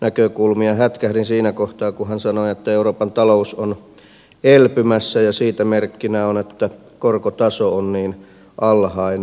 hätkähdin siinä kohtaa kun hän sanoi että euroopan talous on elpymässä ja siitä merkkinä on että korkotaso on niin alhainen